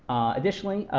additionally,